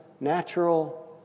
natural